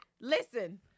listen